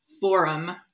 forum